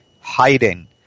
hiding